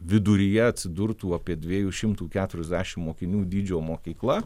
viduryje atsidurtų apie dviejų šimtų keturiasdešim mokinių dydžio mokykla